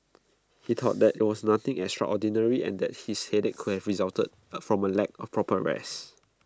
he thought that IT was nothing extraordinary and that his headache could have resulted from A lack of proper rest